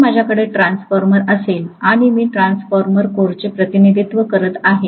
जर माझ्याकडे ट्रान्सफॉर्मर असेल आणि मी ट्रान्सफॉर्मर कोरचे प्रतिनिधित्व करत आहे